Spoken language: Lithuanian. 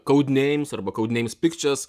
codenames arba codenames pictures